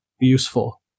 useful